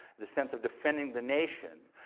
the sense of defending the nation.